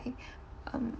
they um